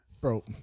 Bro